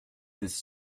this